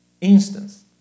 instance